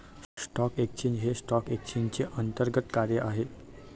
stock exchange हे stock एक्सचेंजचे अंतर्गत कार्य आहे